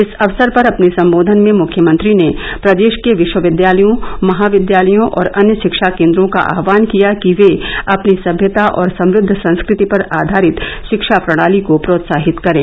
इस अवसर पर अपने सम्बोधन में मुख्यमंत्री ने प्रदेश के विश्वविद्यालयों महाविद्यालयों और अन्य शिक्षा केन्द्रों का आहवान किया कि वे अपनी सम्यता और समुद्द संस्कृति पर आघारित शिक्षा प्रणाली को प्रोत्साहित करें